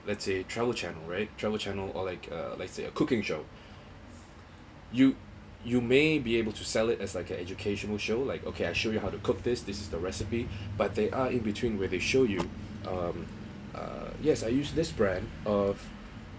let's say travel channel right travel channel or like uh let's say a cooking show you you may be able to sell it as like a educational show like okay I'll show you how to cook this this is the recipe but they are in between where they show you um uh yes I use this brand of